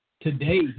today